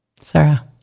Sarah